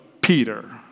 Peter